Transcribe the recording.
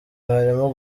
harimo